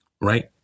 right